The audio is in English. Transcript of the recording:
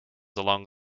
along